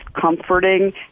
comforting